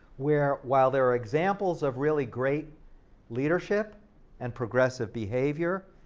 where while there are examples of really great leadership and progressive behavior,